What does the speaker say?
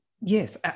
Yes